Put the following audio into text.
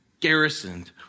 garrisoned